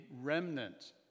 remnant